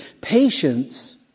patience